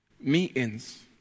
meetings